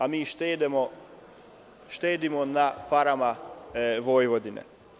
A mi štedimo na parama Vojvodine.